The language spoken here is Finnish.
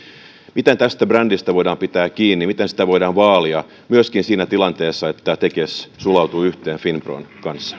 miten tästä brändistä voidaan pitää kiinni ja miten sitä voidaan vaalia myöskin siinä tilanteessa että tekes sulautuu yhteen finpron kanssa